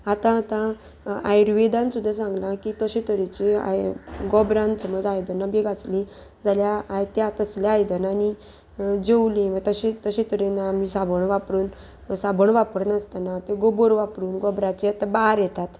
आतां आतां आयुर्वेदान सुद्दां सांगला की तशे तरेची गोबरान समज आयदनां बी आसली जाल्यार आय त्या तसल्या आयदनांनी जेवली तशें तशे तरेन आमी साबण वापरून साबण वापरनासतना त्यो गोबोर वापरून गोबराचे बार येतात